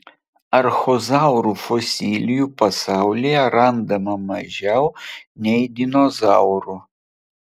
archozaurų fosilijų pasaulyje randama mažiau nei dinozaurų